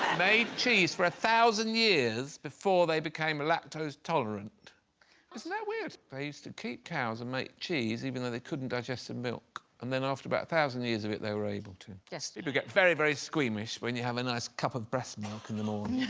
made cheese for a thousand years before they became ah lactose tolerant isn't that weird? they used to keep cows and make cheese even though they couldn't digest the milk and then after about a thousand years of it they were able to yes people get very very squeamish when you have a nice cup of breast milk in the morning